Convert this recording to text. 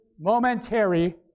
momentary